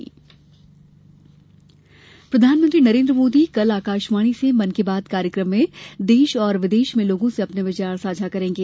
मन की बात प्रधानमंत्री नरेन्द्र मोदी कल आकाशवाणी से मन की बात कार्यक्रम में देश और विदेश में लोगों से अपने विचार साझा करेंगे